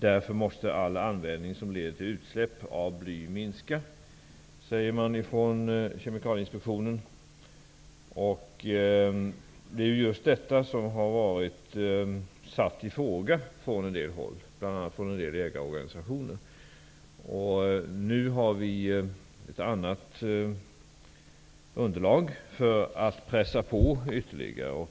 Därför måste all användning som leder till utsläpp av bly minska, säger Kemikalieinspektionen. Det är just detta som har ifrågasatts från en del håll, bl.a. från en del jägarorganisationer. Nu har vi ett annat underlag för att pressa på ytterligare.